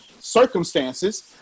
circumstances